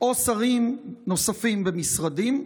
או שרים נוספים במשרדים?